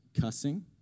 cussing